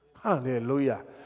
Hallelujah